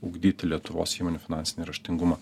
ugdyti lietuvos įmonių finansinį raštingumą